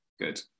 good